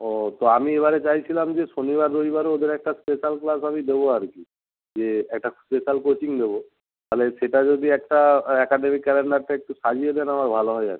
ও তো আমি এবারে চাইছিলাম যে শনিবার রবিবারে ওদের একটা স্পেশাল ক্লাস আমি দেবো আর কি যে একটা স্পেশাল কোচিং নেবো তাহলে সেটা যদি একটা অ্যাকাডেমিক ক্যালেন্ডারটা একটু সাজিয়ে দেন আমার ভালো হয় আর কি